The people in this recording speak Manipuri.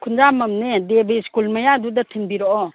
ꯈꯨꯟꯖꯥꯝꯕꯝꯅꯦ ꯗꯦꯚꯤ ꯁ꯭ꯀꯨꯜ ꯃꯌꯥꯗꯨꯗ ꯊꯤꯟꯕꯤꯔꯛꯑꯣ